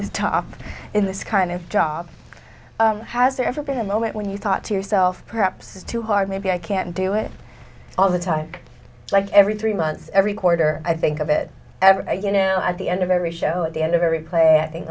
the top in this kind of job has there ever been a moment when you thought to yourself perhaps it's too hard maybe i can't do it all the time like every three months every quarter i think of it every day you know at the end of every show at the end of every play i think